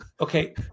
Okay